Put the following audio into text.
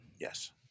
Yes